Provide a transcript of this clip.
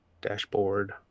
dashboard